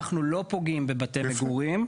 אנחנו לא פוגעים בבתי מגורים.